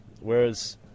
Whereas